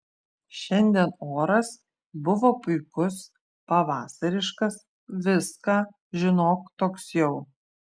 šiandien oras buvo puikus pavasariškas viską žinok toks jau